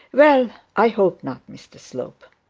well, i hope not, mr slope.